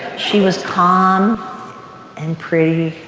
she was calm and pretty.